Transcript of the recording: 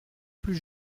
plus